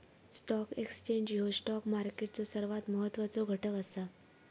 stock exchange ह्यो stock मार्केटचो सर्वात महत्वाचो घटक असा